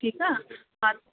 ठीकु आहे हा